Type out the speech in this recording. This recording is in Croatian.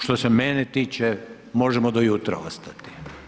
Što se mene tiče, možemo do jutra ostati.